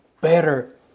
better